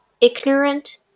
ignorant